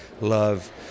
love